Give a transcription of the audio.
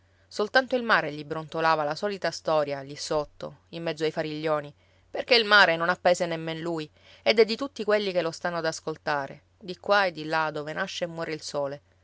soltanto il mare gli brontolava la solita storia lì sotto in mezzo ai fariglioni perché il mare non ha paese nemmen lui ed è di tutti quelli che lo stanno ad ascoltare di qua e di là dove nasce e muore il sole